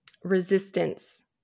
resistance